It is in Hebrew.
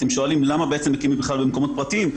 אתם שואלים למה מקימים בכלל במקומות פרטיים?